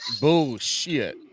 Bullshit